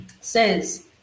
says